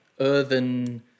earthen